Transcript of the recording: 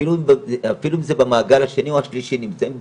אפילו אם זה במעגל השני או השלישי, נמצאים בחוץ,